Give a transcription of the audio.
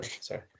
sorry